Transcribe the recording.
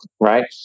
right